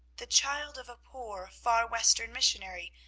the child of a poor, far western missionary,